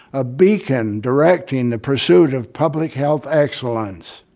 a beacon directing the pursuit of public health excellence.